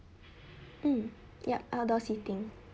um yup outdoor seating